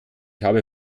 habe